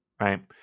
right